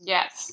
Yes